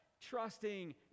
trusting